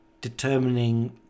determining